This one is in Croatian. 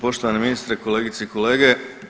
Poštovani ministre, kolegice i kolege.